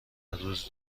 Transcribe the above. روز